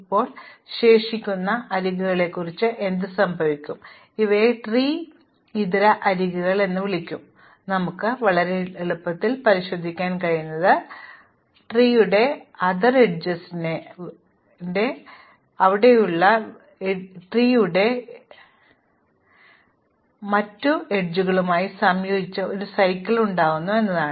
ഇപ്പോൾ ശേഷിക്കുന്ന അരികുകളെക്കുറിച്ച് എന്തുസംഭവിക്കും ഇവയെ ട്രീ ഇതര അരികുകൾ എന്ന് വിളിക്കും നിങ്ങൾക്ക് വളരെ എളുപ്പത്തിൽ പരിശോധിക്കാൻ കഴിയുന്നത് വൃക്ഷം ഇതര അരികുകൾ ഇതിനകം അവിടെയുള്ള വൃക്ഷത്തിന്റെ അരികുകളുമായി സംയോജിപ്പിച്ച് ഒരു ചക്രം ഉണ്ടാക്കുന്നു എന്നതാണ്